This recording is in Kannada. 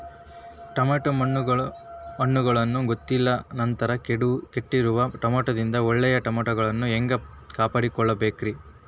ಟಮಾಟೋ ಹಣ್ಣುಗಳನ್ನ ಗೊತ್ತಿಲ್ಲ ನಂತರ ಕೆಟ್ಟಿರುವ ಟಮಾಟೊದಿಂದ ಒಳ್ಳೆಯ ಟಮಾಟೊಗಳನ್ನು ಹ್ಯಾಂಗ ಕಾಪಾಡಿಕೊಳ್ಳಬೇಕರೇ?